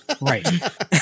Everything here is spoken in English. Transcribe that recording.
Right